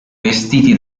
vestiti